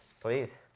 Please